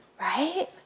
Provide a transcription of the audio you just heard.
right